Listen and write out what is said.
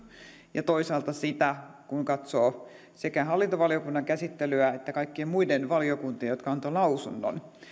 ja toisaalta kun katsoo sekä hallintovaliokunnan käsittelyä että kaikkien muiden valiokuntien jotka antoivat lausunnon